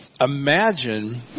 imagine